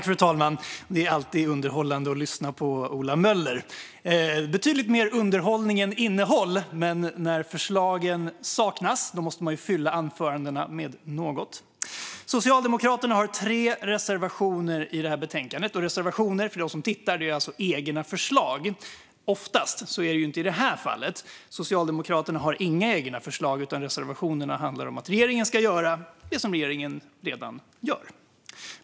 Fru talman! Det är alltid underhållande att lyssna på Ola Möller. Det är betydligt mer underhållning än innehåll. Men när förslagen saknas måste man fylla anförandena med något. Socialdemokraterna har tre reservationer i detta betänkande. Och för dem som tittar och lyssnar på detta kan jag säga att reservationer alltså oftast är egna förslag. Men så är det inte i detta fall. Socialdemokraterna har inga egna förslag, utan reservationerna handlar om att regeringen ska göra det som regeringen redan gör.